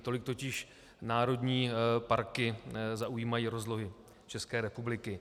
Tolik totiž národní parky zaujímají rozlohy České republiky.